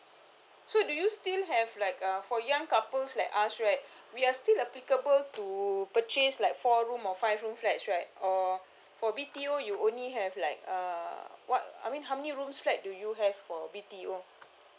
so do you still have like uh for young couples like us right we are still applicable to purchase like four room or five room flats right or for B_T_O you only have like uh what I mean how many rooms flat do you have for B_T_O